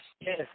Yes